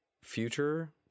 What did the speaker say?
future